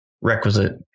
requisite